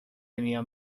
دنیا